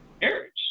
marriage